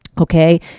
Okay